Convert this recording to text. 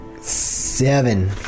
Seven